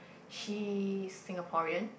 she's Singaporean